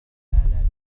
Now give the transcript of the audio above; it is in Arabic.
الرسالة